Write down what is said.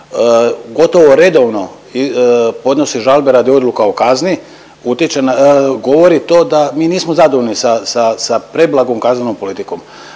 gotovo redovno podnosi žalbe radi odluka o kazni utječe na, govori to da mi nismo zadovoljni sa, sa, sa preblagom kaznenom politikom.